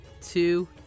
two